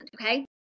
okay